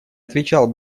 отвечал